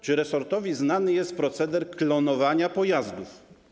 Czy resortowi znany jest proceder klonowania pojazdów?